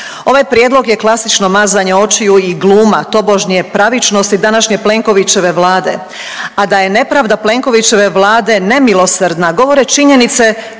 Ovaj prijedlog je klasično mazanje očiju i gluma, tobožnje pravičnosti današnje Plenkovićeve Vlade, a da je nepravda Plenkovićeve Vlade nemilosrdna govore činjenice